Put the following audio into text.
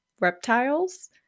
reptiles